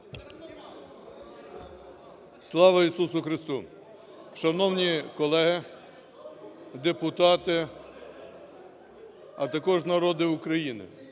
Слава Ісусу Христу! Шановні колеги-депутати, а також народе України,